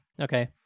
okay